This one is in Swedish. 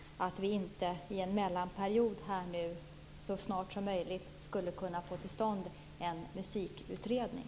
Jag tycker att vi, i den här mellanperioden, så snart som möjligt borde kunna få till stånd en musikutredning.